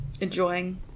enjoying